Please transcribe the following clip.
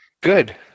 Good